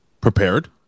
Prepared